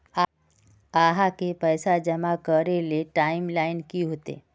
आहाँ के पैसा जमा करे ले टाइम लाइन की होते?